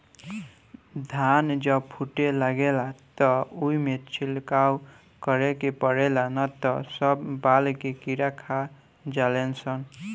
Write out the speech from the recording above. धान जब फूटे लागेला त ओइमे छिड़काव करे के पड़ेला ना त सब बाल के कीड़ा खा जाले सन